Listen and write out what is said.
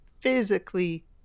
physically